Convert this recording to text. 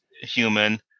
human